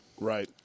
Right